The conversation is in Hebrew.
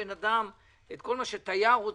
מזמינה ועם אירועים,